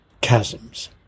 chasms